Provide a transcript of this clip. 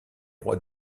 rois